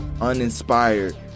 uninspired